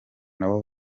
nabo